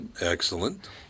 Excellent